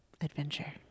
adventure